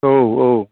औ औ